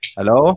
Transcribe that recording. Hello